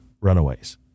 runaways